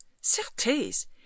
Certes